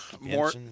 more